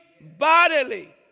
bodily